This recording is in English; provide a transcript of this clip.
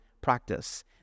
practice